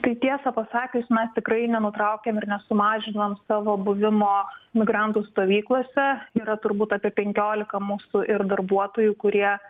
tai tiesą pasakius mes tikrai nenutraukėm ir nesumažinom savo buvimo migrantų stovyklose yra turbūt apie penkiolika mūsų ir darbuotojų kurie